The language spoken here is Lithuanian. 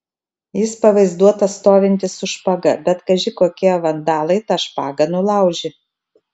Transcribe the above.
jis pavaizduotas stovintis su špaga bet kaži kokie vietos vandalai tą špagą nulaužė